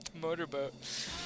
motorboat